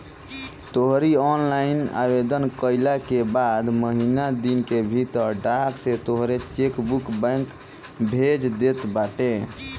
तोहरी ऑनलाइन आवेदन कईला के बाद महिना दिन के भीतर डाक से तोहार चेकबुक बैंक भेज देत बाटे